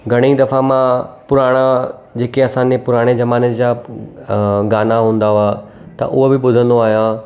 घणेई दफ़ा मां पुराणा जेके असां ने पुराणे ज़माने जा अ गाना हूंदा हुआ त उहे बि ॿुधंदो आहियां